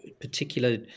particular